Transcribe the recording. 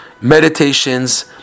meditations